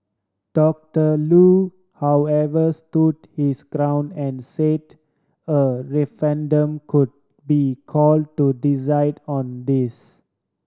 Doctor Loo however stood his ground and said a referendum could be call to decide on this